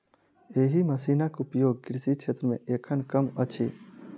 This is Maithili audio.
एहि मशीनक उपयोग कृषि क्षेत्र मे एखन कम अछि